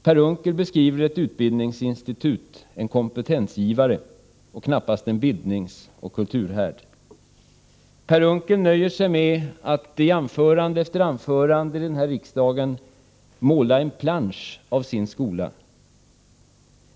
Per Unckel beskrev ett utbildningsinstitut, en kompetensgivare — knappast en bildningsoch kulturhärd. Per Unckel nöjer sig med att i anförande efter anförande i riksdagen måla en plansch av sin skola.